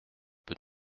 peut